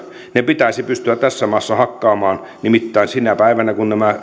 ne pitäisi pystyä tässä maassa hakkaamaan nimittäin sinä päivänä kun nämä